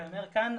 ויאמר כאן: